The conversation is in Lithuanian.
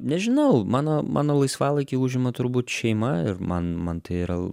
nežinau mano mano laisvalaikį užima turbūt šeima ir man man tai yra